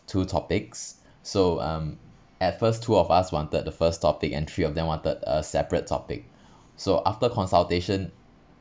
two topics so um at first two of us wanted the first topic and three of them wanted a separate topic so after consultation